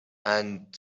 and